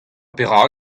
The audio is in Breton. perak